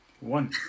One